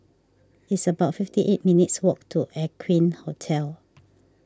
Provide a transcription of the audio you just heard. it's about fifty eight minutes' walk to Aqueen Hotel